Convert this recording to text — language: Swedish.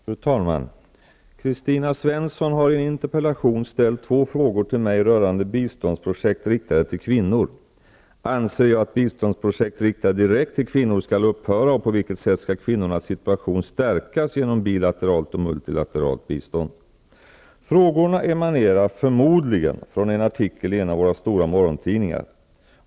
Fru talman! Kristina Svensson har i en interpellation ställt två frågor till mig rörande biståndsprojekt riktade till kvinnor: Anser jag att biståndsprojekt riktade direkt till kvinnor skall upphöra och på vilket sätt skall kvinnornas situation stärkas genom bilateralt och multilateralt bistånd? Frågorna emanerar förmodligen från en artikel i en av våra stora morgontidningar.